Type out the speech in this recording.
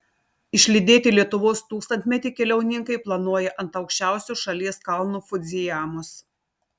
išlydėti lietuvos tūkstantmetį keliauninkai planuoja ant aukščiausio šalies kalno fudzijamos